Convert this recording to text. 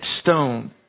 stone